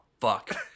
fuck